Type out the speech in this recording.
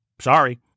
Sorry